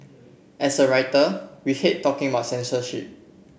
as a writer we hate talking about censorship